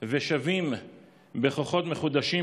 ושבים בכוחות מחודשים,